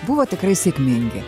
buvo tikrai sėkmingi